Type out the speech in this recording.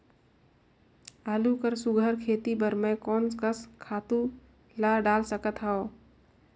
आलू कर सुघ्घर खेती बर मैं कोन कस खातु ला डाल सकत हाव?